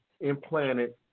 implanted